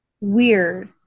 Weird